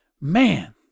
man